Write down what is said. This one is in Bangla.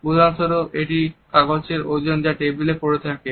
উদাহরণস্বরূপ এটি কাগজের ওজন যা টেবিলে পড়ে থাকে